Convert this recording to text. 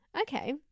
Okay